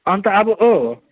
अन्त अब आऊ